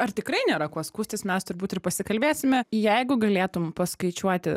ar tikrai nėra kuo skųstis mes turbūt ir pasikalbėsime jeigu galėtum paskaičiuoti